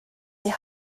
die